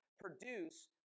produce